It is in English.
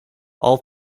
all